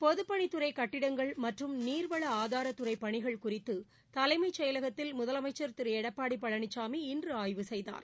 பொதுப் பணித் துறை கட்டிடங்கள் மற்றும் நீர்வள ஆதாரத் துறை பணிகள் குறித்து தலைமைச் செயலகத்தில் முதலமைச்சர் திரு எடப்பாடி பழனிசாமி இன்று ஆய்வு செய்தார்